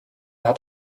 hat